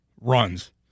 runs